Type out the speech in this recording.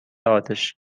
آتش